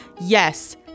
yes